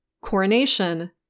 coronation